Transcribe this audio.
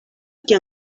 qui